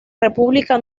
república